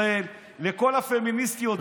חברים.